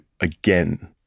again